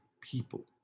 people